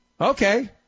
Okay